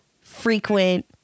frequent